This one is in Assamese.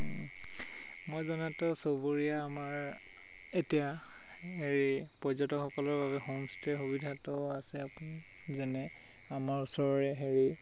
মই জানাততো চুবুৰীয়া আমাৰ এতিয়া হেৰি পৰ্যটকসকলৰ বাবে হোমষ্টে'ৰ সুবিধাটো আছে এতিয়া যেনে আমাৰ ওচৰৰে হেৰি